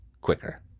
quicker